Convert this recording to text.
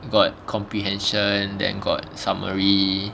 got comprehension then got summary